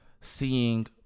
seeing